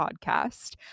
podcast